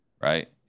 right